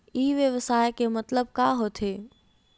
ई व्यवसाय के मतलब का होथे?